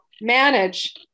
manage